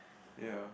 ya